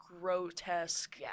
grotesque